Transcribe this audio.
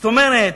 זאת אומרת,